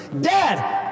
Dad